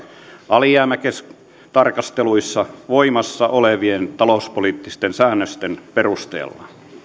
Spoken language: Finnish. alijäämätarkasteluissa voimassa olevien talouspoliittisten säännösten perusteella